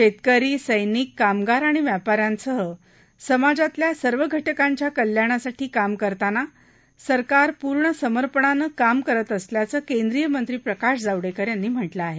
शेतकरी सैनिक कामगार आणि व्यापाऱ्यांसह समाजातल्या सर्व घटकांच्या कल्याणासाठी काम करताना सरकार पूर्ण समर्पणाने काम करत असल्याचं केंद्रीय मंत्री प्रकाश जावडेकर यांनी म्हटलं आहे